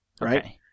right